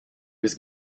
was